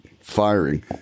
firing